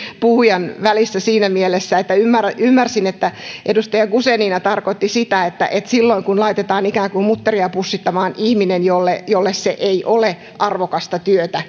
puhujan välissä siinä mielessä että ymmärsin että edustaja guzenina tarkoitti sitä että silloin kun laitetaan ikään kuin mutteria pussittamaan ihminen jolle jolle se ei ole arvokasta työtä